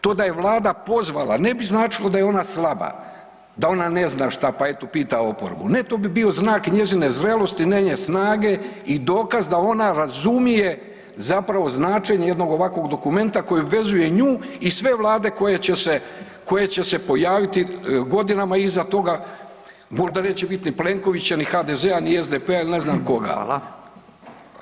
To da je Vlada pozvala, ne bi značilo da je ona slaba, da ona ne zna šta pa eto pita oporba, ne, to bi bio znak njezine zrelosti, njene snage i dokaz da ona razumije zapravo značenje jednog ovakvog dokumenta koji vezuje nju i sve vlade koje će se pojaviti godinama iza toga, možda neće biti ni Plenkovića ni HDZ-a ni SDP-a ni ne znam koga.